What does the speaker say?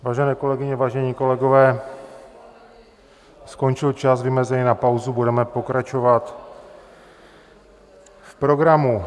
Vážené kolegyně, vážení kolegové, skončil čas vymezený na pauzu, budeme pokračovat v programu.